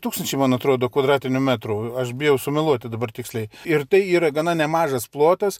tūkstančiai man atrodo kvadratinių metrų aš bijau sumeluoti dabar tiksliai ir tai yra gana nemažas plotas